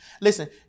listen